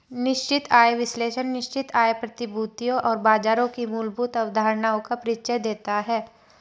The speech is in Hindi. निश्चित आय विश्लेषण निश्चित आय प्रतिभूतियों और बाजारों की मूलभूत अवधारणाओं का परिचय देता है